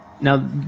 Now